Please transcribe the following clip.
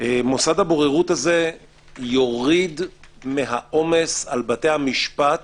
מוסד הבוררות הזה יוריד מן העומס על בתי המשפט